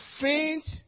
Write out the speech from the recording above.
faint